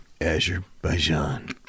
Azerbaijan